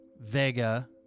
Vega